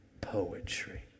poetry